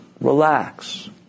relax